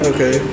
Okay